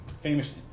Famous